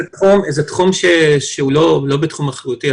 זה תחום שהוא לא בתחום אחריותי.